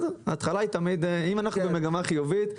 אם אנחנו במגמה חיובית,